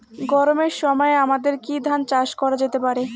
গরমের সময় আমাদের কি ধান চাষ করা যেতে পারি?